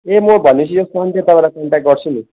ए म भनेपछि यस्तो हो नि त्यताबाट कन्ट्याक्ट गर्छु नि